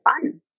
fun